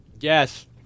Yes